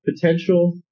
potential